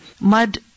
mud